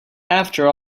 after